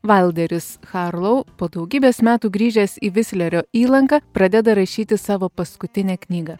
valderis harlou po daugybės metų grįžęs į vislerio įlanka pradeda rašyti savo paskutinę knygą